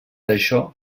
això